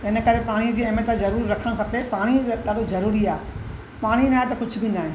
इन करे पाणी जी अहमियत ज़रूर रखणु खपे पाणी ॾाढो ज़रूरी आहे पाणी न आहे त कुझु बि न आहे